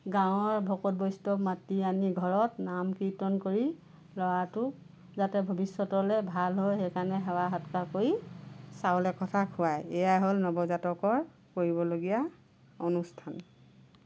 গাঁৱৰ ভকত বৈষ্ণৱ মাতি আনি ঘৰত নাম কীৰ্তন কৰি ল'ৰাটোৰ যাতে ভৱিষ্যতলৈ ভাল হয় সেই কাৰণে সেৱা সৎকাৰ কৰি চাউল একঠা খোৱাই এয়া হ'ল নৱজাতকৰ কৰিবলগীয়া অনুষ্ঠান